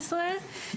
רלוונטי,